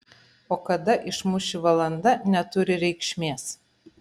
o kada išmuš ši valanda neturi reikšmės